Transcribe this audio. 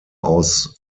aus